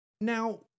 Now